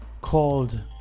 called